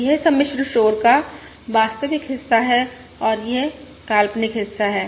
यह सम्मिश्र शोर का वास्तविक हिस्सा है और यह काल्पनिक हिस्सा है